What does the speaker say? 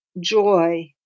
joy